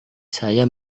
saya